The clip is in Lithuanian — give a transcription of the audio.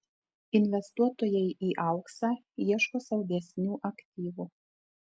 investuotojai į auksą ieško saugesnių aktyvų